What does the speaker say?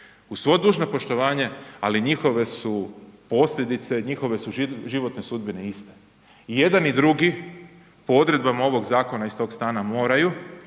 Uz svo dužno poštovanje ali njihove su posljedice, njihove su životne sudbine iste. I jedan i drugi po odredbama ovog zakona iz tog stana moraju